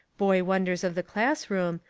boy wonders of the classroom,